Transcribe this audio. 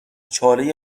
چاله